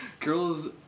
Girls